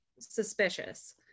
suspicious